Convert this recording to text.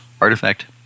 artifact